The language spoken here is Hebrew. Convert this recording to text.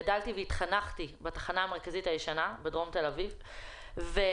גדלתי והתחנכתי בתחנה המרכזית הישנה בדרום תל אביב ומעניין,